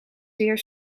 zeer